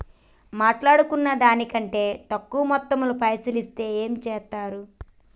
మాట్లాడుకున్న దాని కంటే తక్కువ మొత్తంలో పైసలు ఇస్తే ఏం చేత్తరు?